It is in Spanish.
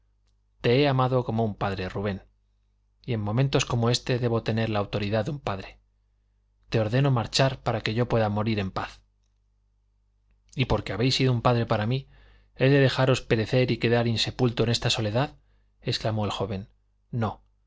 te he amado como un padre rubén y en momentos como éste debo tener la autoridad de un padre te ordeno marchar para que yo pueda morir en paz y porque habéis sido un padre para mí he de dejaros perecer y quedar insepulto en esta soledad exclamó el joven no